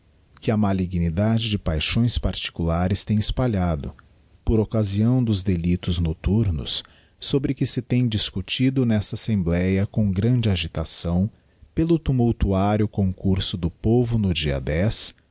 google a malignidade de paixões particulares tem espalhado por occasião dos delictos nocturnos sobre que se tem discutido nesta assembléa com grande agitação pelo tumultuario concurso do povo no dia